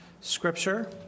Scripture